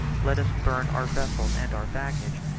let us burn our vessels and our baggage,